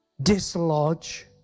dislodge